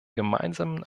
gemeinsamen